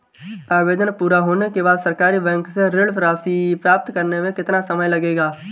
आवेदन पूरा होने के बाद सरकारी बैंक से ऋण राशि प्राप्त करने में कितना समय लगेगा?